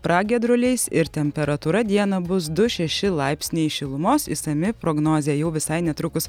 pragiedruliais ir temperatūra dieną bus du šeši laipsniai šilumos išsami prognozė jau visai netrukus